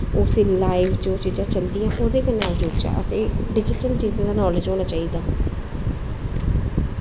उस्सी लाइव च ओह् चीजां चलदियां ओह्दे कन्नै अस जुड़चै असेंगी डिज़टल चीजें दा नालेज होना चाहिदा